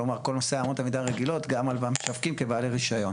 כלומר כל נושא אמות המידה הרגילות גם על משווקים כבעלי רישיון.